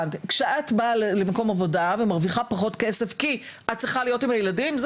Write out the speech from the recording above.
כשאת באה למקום עבודה ומרוויחה פחות כסף כי את צריכה להיות עם הילדים,